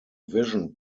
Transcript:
vision